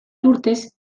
urtez